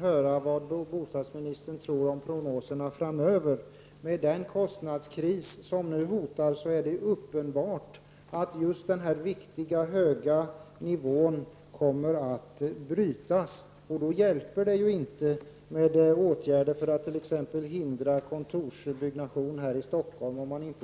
höra vad bostadsministern tror om prognoserna framöver. Med den kostnadskris som nu hotar är det uppenbart att just den här viktiga höga nivån kommer att brytas. Om man inte kan strypa kostnaderna hjälper det inte med åtgärder för att förhindra t.ex. kontorsbyggnation här i Stockholm.